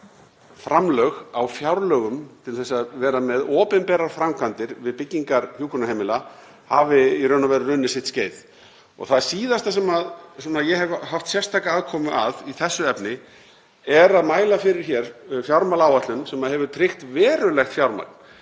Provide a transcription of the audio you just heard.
að tryggja framlög á fjárlögum til að vera með opinberar framkvæmdir við byggingar hjúkrunarheimila, hafi í raun og veru runnið sitt skeið og það síðasta sem ég hef haft sérstaka aðkomu að í þessu efni er að mæla hér fyrir fjármálaáætlun sem hefur tryggt verulegt fjármagn.